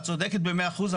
את צודקת במאה אחוז,